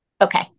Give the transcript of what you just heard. Okay